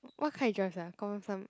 what car he drive sia confirm some